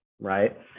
right